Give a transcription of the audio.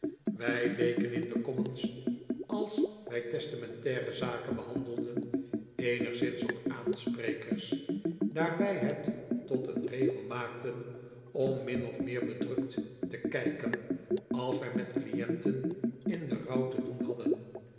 wij leken in de commons als wij testamentaire zaken behandelden eenigszins op aansprekers daar wij het tot een regel maakten om min of meer bedrukt te kijken als wij met clienten in den rouw te doen hadden